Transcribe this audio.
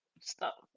Stop